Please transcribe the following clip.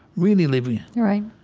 really living right